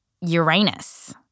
Uranus